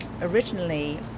originally